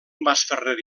masferrer